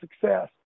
success